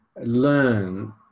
learn